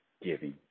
giving